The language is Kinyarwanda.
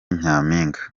nyampinga